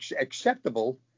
acceptable